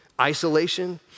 isolation